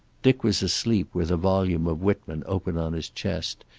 dick was asleep with a volume of whitman open on his chest,